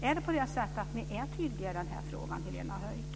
Är ni tydliga i den här frågan, Helena Höij?